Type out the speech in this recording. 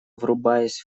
врубаясь